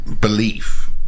belief